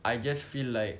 I just feel like